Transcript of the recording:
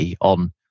on